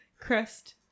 crest